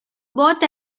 both